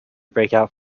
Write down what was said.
breakout